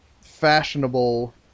fashionable